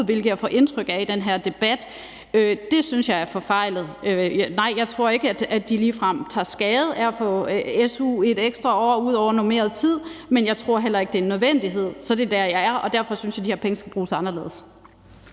hvilket jeg får indtryk af at vi gør i den her debat, synes jeg er forfejlet. Nej, jeg tror ikke, at de ligefrem tager skade af at få su i et ekstra år ud over normeret tid, men jeg tror heller ikke, det er en nødvendighed. Så det er der, jeg er, og derfor synes jeg, at de her penge skal bruges anderledes.